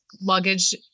luggage